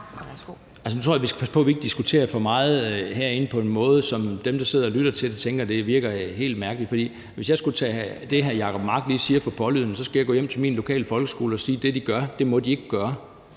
Nu tror jeg, vi skal passe på, at vi ikke diskuterer for meget herinde på en måde, så dem, der sidder og lytter til det, tænker, at det virker helt mærkeligt. For hvis jeg skulle tage det, hr. Jacob Mark lige har sagt, for pålydende, så skulle jeg gå hjem til min lokale folkeskole og sige, at det, de gør, må de ikke gøre.